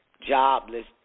jobless